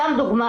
לדוגמה,